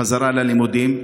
חזרה ללימודים.